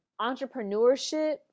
entrepreneurship